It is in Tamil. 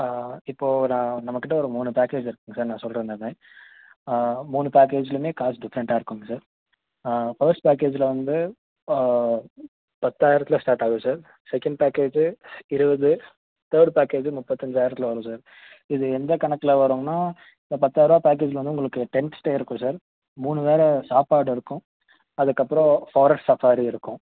இப்போது நான் நம்மக்கிட்டே ஒரு மூணு பேக்கேஜ் இருக்குங்க சார் நான் சொல்கிறேன் எல்லாமே மூணு பேக்கேஜ்லுமே காஸ்ட் டிஃப்ரெண்ட்டாக இருக்குங்க சார் ஃபர்ஸ்ட் பேக்கேஜ்ஜில் வந்து பத்தாயிரத்தில் ஸ்டார்ட் ஆகும் சார் செகண்ட் பேக்கேஜு இருபது தேர்டு பேக்கேஜு முப்பத்தஞ்சாயிரத்தில் வரும் சார் இது எந்த கணக்கில் வருன்னா இந்த பத்தாயருபா பேக்கேஜ்ஜில் வந்து உங்களுக்கு டெண்ட் ஸ்டே இருக்கும் சார் மூணு வேலை சாப்பாடு இருக்கும் அதுக்கப்புறோம் ஃபாரஸ்ட் சஃபாரி இருக்கும்